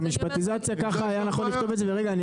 במשפטי ככה היה נכון לכתוב את זה ורגע אני